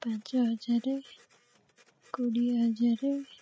ପାଞ୍ଚ ହଜାର କୋଡ଼ିଏ ହଜାର